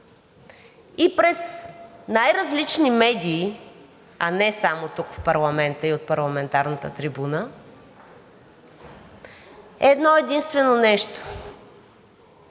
и през най-различни медии, а не само тук в парламента и от парламентарната трибуна, е едно-единствено нещо